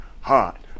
hot